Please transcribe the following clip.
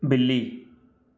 ਬਿੱਲੀ